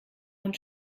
und